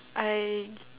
I